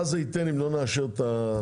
מה זה ייתן אם לא נאשר את התוספת?